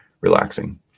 relaxing